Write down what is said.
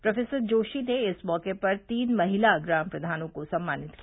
professor Joshi ने इस मैके पर तीन महिला ग्राम प्रवानों को सम्मानित किया